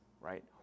right